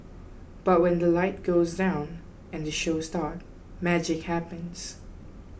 but when the light goes down and they show start magic happens